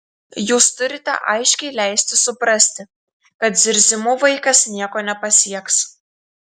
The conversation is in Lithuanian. jūs turite aiškiai leisti suprasti kad zirzimu vaikas nieko nepasieks